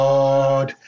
Lord